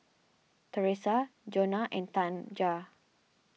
Teresa Jonna and Tanja